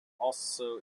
also